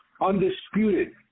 undisputed